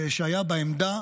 שהיה בעמדה